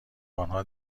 آنها